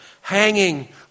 hanging